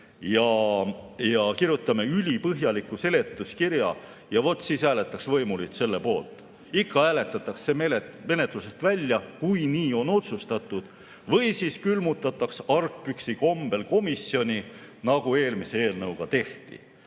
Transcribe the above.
kirjutame ülipõhjaliku seletuskirja ja vot siis hääletaks võimuliit selle poolt. Ikka hääletatakse see menetlusest välja, kui nii on otsustatud, või külmutatakse argpüksi kombel komisjoni, nagu eelmise eelnõuga tehti.